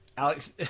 Alex